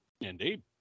Indeed